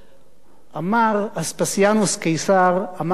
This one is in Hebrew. אמר אספסיאנוס קיסר עוד משפט.